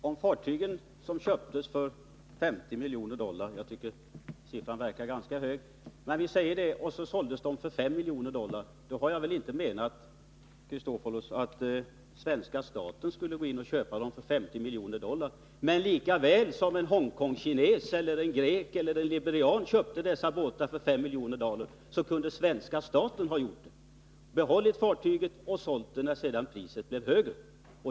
Fru talman! Om fartygen köptes för 50 miljoner dollar — jag tycker siffran verkar hög, men låt gå för den — och såldes för 5 miljoner dollar, så har jag väl inte menat, Alexander Chrisopoulos, att den svenska staten skulle gått in och köpt dem för 50 miljoner dollar. Men lika väl som en Hong Kong-kines, en grek eller en libanes köpte dessa fartyg för 5 miljoner dollar kunde svenska staten ha gjort det och behållit dem och sålt dem när priset blev högre.